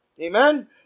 Amen